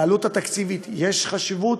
לעלות התקציבית יש חשיבות.